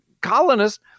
colonists